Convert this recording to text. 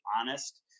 honest